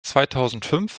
zweitausendfünf